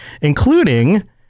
Including